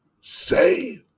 say